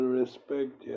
respect